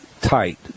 tight